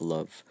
Love